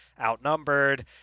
outnumbered